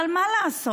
אבל מה לעשות?